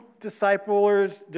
disciples